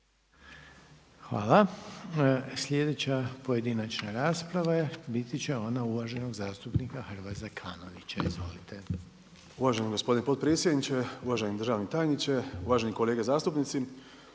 Hvala. Sljedeća pojedinačna rasprava biti će ona uvaženog zastupnika Hrvoja Zekanovića. Izvolite. **Zekanović, Hrvoje (HRAST)** Uvaženi gospodine potpredsjedniče, uvaženi državni tajniče, uvažene kolege zastupnici.